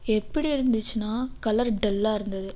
எப்படி இருந்துச்சுன்னா கலர் டல்லாக இருந்தது